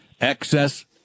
excess